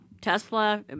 Tesla